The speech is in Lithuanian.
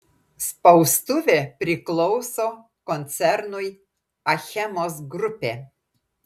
spaustuvė priklauso koncernui achemos grupė